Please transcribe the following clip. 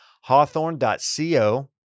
hawthorne.co